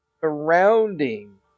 surrounding